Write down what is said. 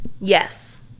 yes